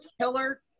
killer